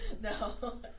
No